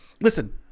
Listen